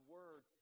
Word